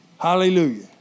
Hallelujah